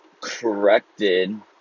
corrected